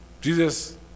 Jesus